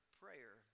prayer